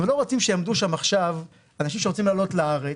אנחנו לא רוצים שיעמדו שם עכשיו אנשים שרוצים לעלות לארץ,